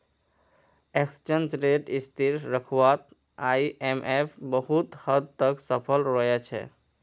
exchange rate स्थिर रखवात IMF बहुत हद तक सफल रोया छे